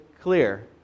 clear